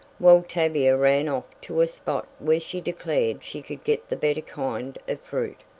while tavia ran off to a spot where she declared she could get the better kind of fruit,